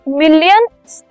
millions